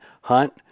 hunt